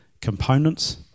components